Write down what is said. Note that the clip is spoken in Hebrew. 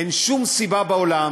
אין שום סיבה בעולם